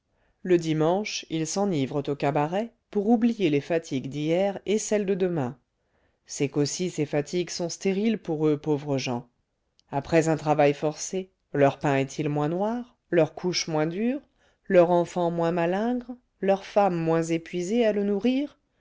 le dimanche ils s'enivrent au cabaret pour oublier les fatigues d'hier et celles de demain c'est qu'aussi ces fatigues sont stériles pour eux pauvres gens après un travail forcé leur pain est-il moins noir leur couche moins dure leur enfant moins malingre leur femme moins épuisée à le nourrir